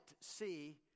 see